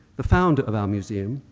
the founder of our museum,